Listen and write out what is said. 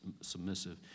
submissive